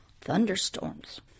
thunderstorms